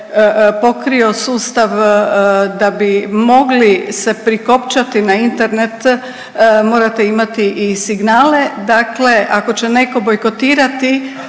pokrio sustav da bi mogli se prikopčati na Internet, morate imati i signale, dakle ako će neko bojkotirati